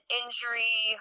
injury